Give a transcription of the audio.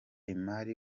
imari